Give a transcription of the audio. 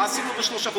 מה עשינו בשלושה חודשים?